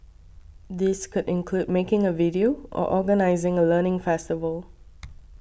these could include making a video or organising a learning festival